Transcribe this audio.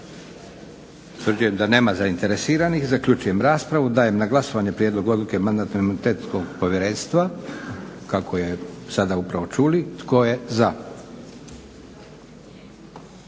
se ne javlja za raspravu. Zaključujem raspravu. Dajem na glasovanje prijedlog odluke Mandatno-imunitetnog povjerenstva. Molim da se izjasnimo tko je za.